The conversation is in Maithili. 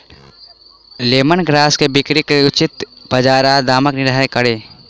लेमन ग्रास केँ बिक्रीक लेल उचित बजार आ दामक निर्धारण कोना कड़ी?